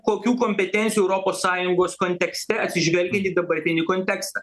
kokių kompetencijų europos sąjungos kontekste atsižvelgiant į dabartinį kontekstą